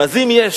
אחרי 100